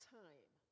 time